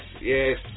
Yes